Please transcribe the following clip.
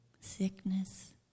Sickness